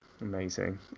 amazing